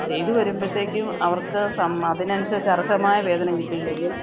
ചെയ്തുവരുമ്പോഴത്തേക്കും അവർക്ക് സമ്മ അതിനനുസരിച്ച് അർഹമായ വേതനം കിട്ടിയില്ലെങ്കിൽ